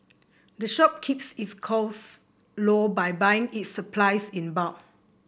the shop keeps its costs low by buying its supplies in bulk